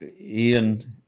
Ian